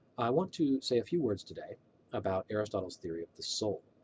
i want to say a few words today about aristotle's theory of the soul.